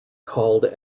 called